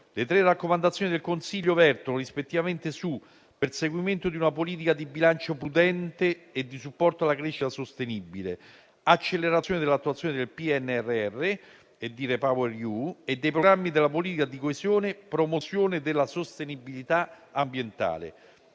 Le tre raccomandazioni del Consiglio vertono rispettivamente su tre aspetti: perseguimento di una politica di bilancio prudente e di supporto alla crescita sostenibile; accelerazione dell'attuazione del PNRR, di REPowerEU e dei programmi della politica di coesione; promozione della sostenibilità ambientale.